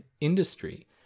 industry